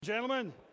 Gentlemen